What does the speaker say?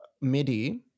MIDI